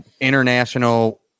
international